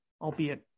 albeit